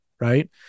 right